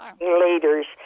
leaders